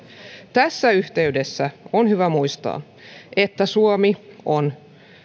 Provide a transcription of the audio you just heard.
tässä yhteydessä on hyvä muistaa että suomi on